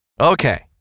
Okay